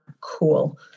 cool